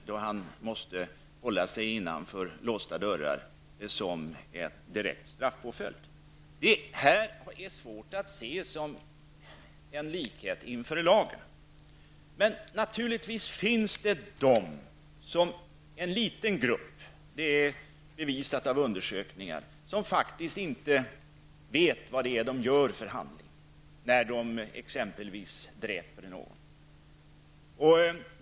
Det anses att 300 fall av psykiatrisk vård är en följd av brottslig handling. Detta är svårt att se som en likhet inför lagen. Det finns naturligtvis en liten grupp -- det är bevisat i undersökningar -- som inte vet vad de gör för handlingar då de exempelvis dräper någon.